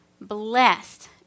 Blessed